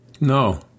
No